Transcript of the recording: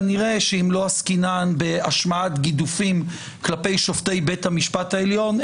כנראה שאם לא עסקינן בהשמעת גידופים כלפי שופטי בית המשפט העליון,